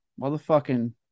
motherfucking